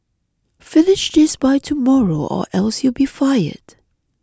finish this by tomorrow or else you'll be fired